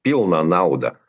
pilną naudą